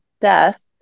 death